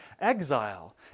exile